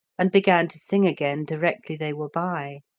and began to sing again directly they were by.